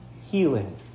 healing